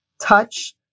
touch